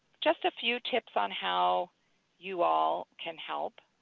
just a few tips on how you all can help.